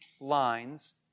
lines